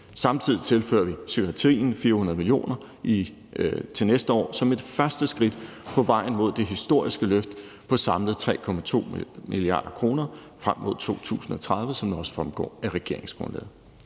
Samtidig tilfører vi psykiatrien 400 mio. kr. til næste år som et første skridt på vejen mod det historiske løft på samlet 3,2 mia. kr. frem mod 2030, som det også fremgår af regeringsgrundlaget.